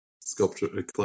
sculpture